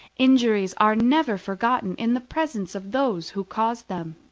injuries are never forgotten in the presence of those who caused them.